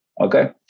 Okay